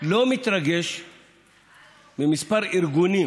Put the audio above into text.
לא מתרגש מכמה ארגונים